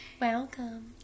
welcome